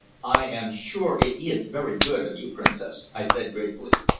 i am sure it is very good of you, princess, i said gratefully.